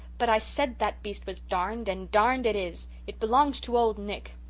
but i said that beast was darned, and darned it is. it belongs to old nick.